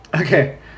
Okay